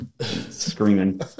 Screaming